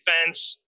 defense